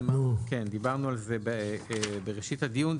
דיברנו על זה בראשית הדיון.